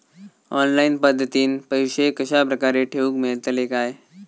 Online पद्धतीन पैसे कश्या प्रकारे ठेऊक मेळतले काय?